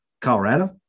colorado